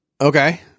Okay